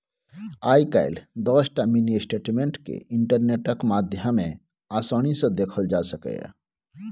आइ काल्हि दसटा mini statement केँ इंटरनेटक माध्यमे आसानी सँ देखल जा सकैए